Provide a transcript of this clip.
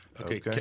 Okay